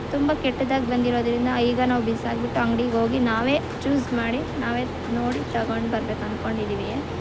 ತುಂಬ ಕೆಟ್ಟದಾಗಿ ಬಂದಿರೋದ್ರಿಂದ ಈಗ ನಾವು ಬಿಸಾಕಿ ಬಿಟ್ಟು ಅಂಗ್ಡಿಗೆ ಹೋಗಿ ನಾವೇ ಚೂಸ್ ಮಾಡಿ ನಾವೇ ನೋಡಿ ತೊಗೊಂಡು ಬರಬೇಕು ಅಂದ್ಕೊಂಡಿದ್ದೀವಿ